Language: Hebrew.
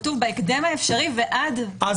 כתוב בהקדם האפשרי ועד- -- אם